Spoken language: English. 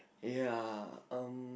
ya um